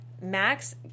Max